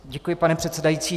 Děkuji, pane předsedající.